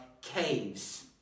caves